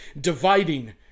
dividing